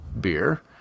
Beer